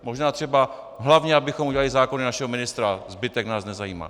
Možná třeba hlavně abychom udělali zákony našeho ministra, zbytek nás nezajímá.